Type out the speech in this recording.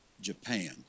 Japan